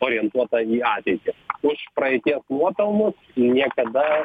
orientuotą į ateitį už praeities nuopelnus niekada